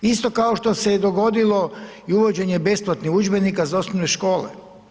Isto kao što se i dogodilo i uvođenje besplatnih udžbenika za osnovne škole.